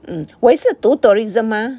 mm 我也是读 tourism mah